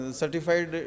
certified